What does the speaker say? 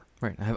Right